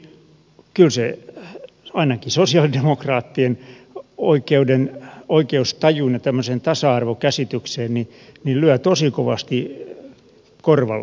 kyllä se ainakin sosialidemokraattien oikeustajuun ja tasa arvokäsitykseen lyö tosi kovasti korvalle